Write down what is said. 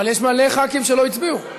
אבל יש מלא ח"כים שלא הצביעו.